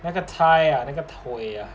那个 thigh ah 那个腿啊